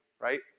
right